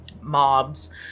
mobs